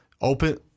open